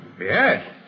Yes